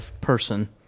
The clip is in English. person